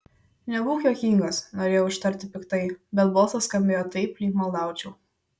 nebūk juokingas norėjau ištarti piktai bet balsas skambėjo taip lyg maldaučiau